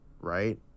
right